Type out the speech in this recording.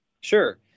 Sure